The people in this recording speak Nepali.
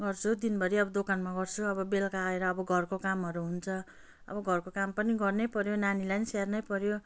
गर्छु दिनभरि अब दोकानमा गर्छु अब बेलुका आएर अब घरको कामहरू हुन्छ अब घरको काम पनि गर्नै पऱ्यो नानीलाई नि स्याहार्नै पऱ्यो